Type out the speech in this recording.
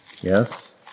yes